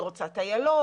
היא רוצה טיילות,